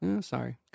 Sorry